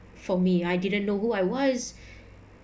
for me I didn't know who I was